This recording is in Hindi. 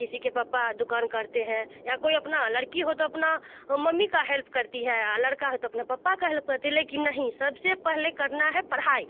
किसी के पप्पा दुकान करते हैं या कोई अपना लड़की हो तो अपना मम्मी का हेल्प करती है या लड़का है तो अपना पप्पा का हेल्प का करते हैं लेकिन नहीं सब से पहले करना है पढ़ाई